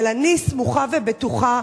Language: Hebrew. אבל אני סמוכה ובטוחה,